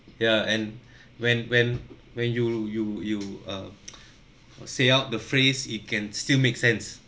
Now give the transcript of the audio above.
yeah and when when when you you you um say out the phrase it can still make sense